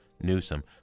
Newsom